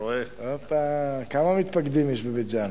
הופה, כמה מתפקדים יש מבית-ג'ן?